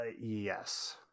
yes